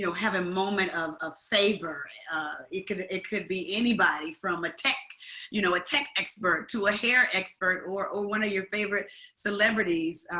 so have a moment of ah favorite. it could it could be anybody from a tech you know a tech expert to a hair expert or or one of your favorite celebrities,